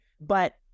But-